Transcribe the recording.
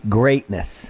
greatness